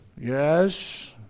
Yes